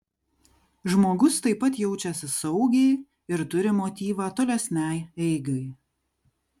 žmogus taip pat jaučiasi saugiai ir turi motyvą tolesnei eigai